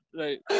right